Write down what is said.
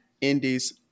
indies